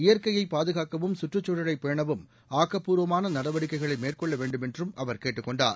இயற்கையை பாதுகாக்கவும் சுற்றுச்சூழலை பேணவும் ஆக்கப்பூர்வமான நடவடிக்கைகளை மேற்கொள்ள வேண்டுமென்றும் அவர் கேட்டுக் கொண்டார்